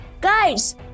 Guys